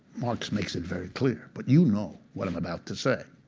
marx makes it very clear, but you know what i'm about to say.